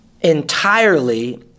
entirely